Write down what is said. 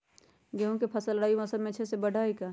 गेंहू के फ़सल रबी मौसम में अच्छे से बढ़ हई का?